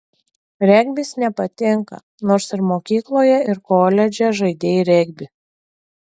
regbis nepatinka nors ir mokykloje ir koledže žaidei regbį